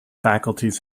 faculties